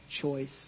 choice